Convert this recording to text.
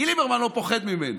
כי ליברמן לא פוחד ממנו.